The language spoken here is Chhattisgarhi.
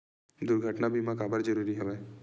दुर्घटना बीमा काबर जरूरी हवय?